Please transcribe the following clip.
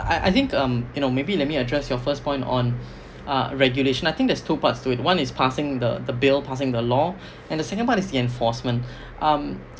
I I think um you know maybe let me address your first point on uh regulation I think there's two parts to it one is passing the the bill passing the law and the second part is the enforcement um